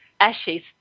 ashes